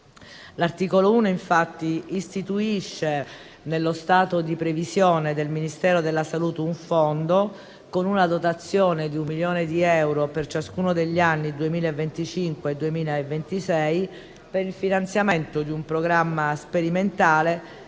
L'articolo 1 istituisce nello stato di previsione del Ministero della salute un fondo, con una dotazione di un milione di euro per ciascuno degli anni 2025-2026, per il finanziamento di un programma sperimentale